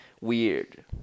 weird